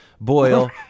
boyle